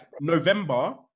november